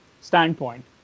standpoint